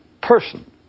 person